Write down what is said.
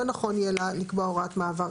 לא נכון יהיה לקבוע הוראת מעבר.